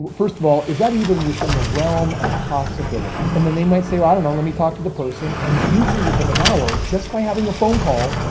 first of all, is that even within the realm of possibility? and then they might say, i don't know. let me talk to the person. and usually within an hour, just by having a phone call,